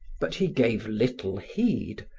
but he gave little heed,